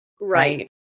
Right